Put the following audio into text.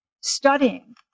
studying